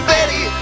Betty